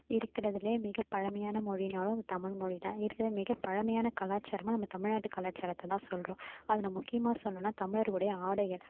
இருக்கிறதுலே மிக பழமையான மொழினாலும் அது தமிழ் மொழிதான் இருக்கிற மிக பழமையான கலாச்சாரமும் நம்ம தமிழ் நாட்டு கலாச்சாரத்தைதான் சொல்கிறோம் அதில் முக்கியமாக சொல்லணும்னா தமிழரோட ஆடைகள்